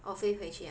哦飞回去 ah